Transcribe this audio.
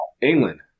England